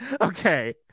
Okay